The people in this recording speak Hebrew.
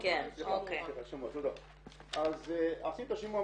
אז מתי עשינו את השימוע?